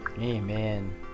Amen